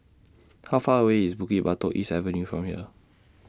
How Far away IS Bukit Batok East Avenue from here